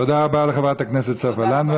תודה רבה לחברת הכנסת סופה לנדבר.